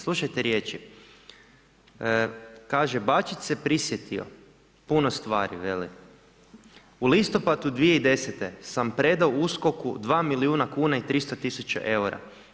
Slušajte riječi, kaže Bačić se prisjetio, puno stvari, veli, u listopadu 2010. sam predao USKOK-u 2 milijuna kn i 300 tisuća eura.